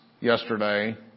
yesterday